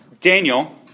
Daniel